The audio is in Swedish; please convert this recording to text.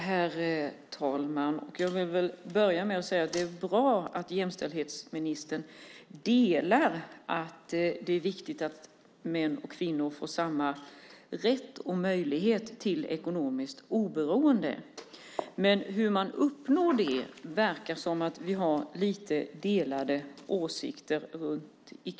Herr talman! Jag vill börja med att säga att det är bra att jämställdhetsministern delar åsikten att det är viktigt att män och kvinnor får samma rätt och möjlighet till ekonomiskt oberoende. Men hur man uppnår det verkar det som att vi har lite delade åsikter om.